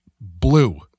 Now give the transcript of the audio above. blue